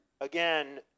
again